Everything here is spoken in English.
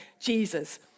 Jesus